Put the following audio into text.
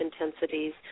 intensities